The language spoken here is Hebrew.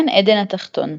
גן-עדן התחתון